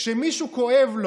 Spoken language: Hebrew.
כשלמישהו כואב,